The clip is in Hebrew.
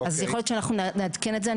אז יכול להיות שאנחנו נעדכן את זה.